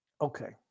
Okay